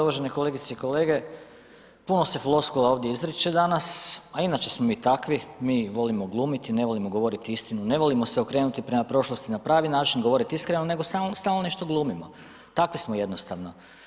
Uvažene kolegice i kolege, puno se floskula ovdje izriče danas, a inače smo mi takvi, mi volimo glumiti, ne volimo govoriti istinu, ne volimo se okrenuti prema prošlosti na pravi način, govoriti iskreno, nego samo stalno nešto glumimo, takvi smo jednostavno.